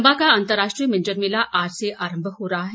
चंबा का अन्तर्राष्ट्रीय मिंजर मेला आज से आरम्म हो रहा है